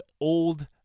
Old